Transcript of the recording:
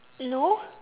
no